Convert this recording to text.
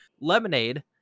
Lemonade